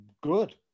good